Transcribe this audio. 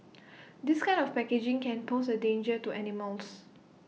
this kind of packaging can pose A danger to animals